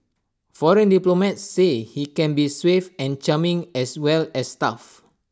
foreign diplomats say he can be suave and charming as well as tough